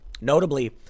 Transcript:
Notably